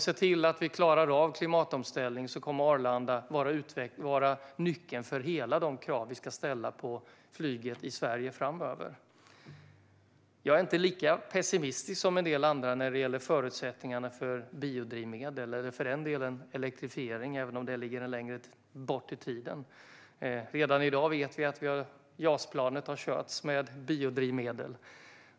Ska vi klara av klimatomställningen kommer Arlanda att vara nyckeln för alla de krav vi ska ställa på flyget i Sverige framöver. Jag är inte lika pessimistisk som en del andra när det gäller förutsättningarna för biodrivmedel eller, för den delen, elektrifiering, även om detta ligger längre bort i tiden. Vi vet att JAS-planet redan i dag har körts med biodrivmedel.